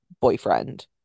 boyfriend